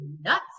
nuts